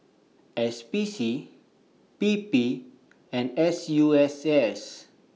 S P C P P and S U S S